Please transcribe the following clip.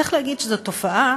צריך להגיד שזאת תופעה